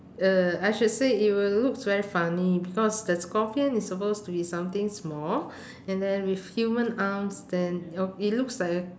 uh I should say it will looks very funny because the scorpion is supposed to be something small and then with human arms then oh it looks like